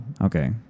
Okay